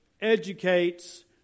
educates